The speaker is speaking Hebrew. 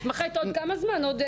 התמחית עוד שנה-שנתיים,